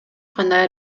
кандай